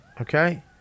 Okay